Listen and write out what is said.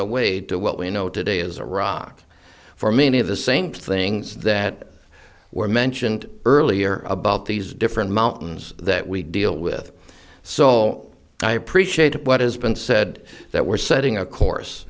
away to what we know today is iraq for many of the same things that were mentioned earlier about these different mountains that we deal with so i appreciate what has been said that we're setting a course